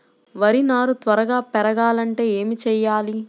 వరి నారు త్వరగా పెరగాలంటే ఏమి చెయ్యాలి?